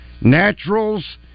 Naturals